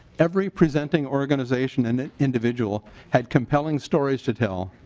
every presenting organization and individual had compelling stories to tell.